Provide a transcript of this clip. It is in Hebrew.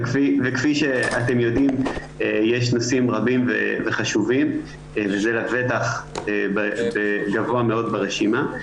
וכפי שאתם יודעים יש נושאים רבים וחשובים וזה לבטח גבוה מאוד ברשימה.